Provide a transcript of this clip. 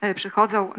przychodzą